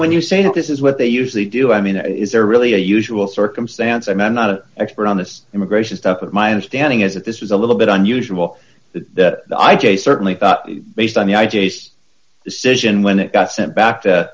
when you say that this is what they usually do i mean is there really a usual circumstance i mean not an expert on this immigration stuff but my understanding is that this was a little bit unusual that i j certainly thought based on the i just citizen when it got sent back to